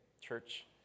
church